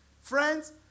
Friends